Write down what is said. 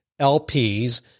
LPs